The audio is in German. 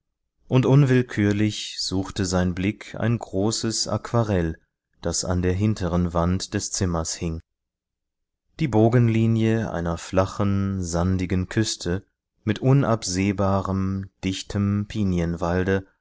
und unwillkürlich suchte sein blick ein großes aquarell das an der hinteren wand des zimmers hing die bogenlinie einer flachen sandigen küste mit unabsehbarem dichtem